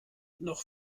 noch